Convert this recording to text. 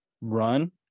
Run